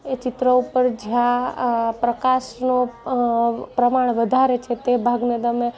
એ ચિત્ર ઉપર જ્યાં પ્રકાશનો પ્રમાણ વધારે છે તે ભાગને તમે